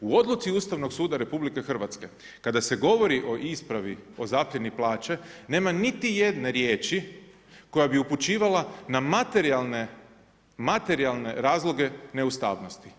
U odluci Ustavnog suda RH kada se govori o ispravi o zapljeni plaće, nema niti jedne riječi koja bi upućivala na materijalne razloge neustavnosti.